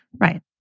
Right